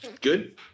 good